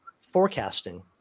forecasting